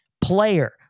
player